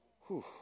Whew